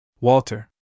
Walter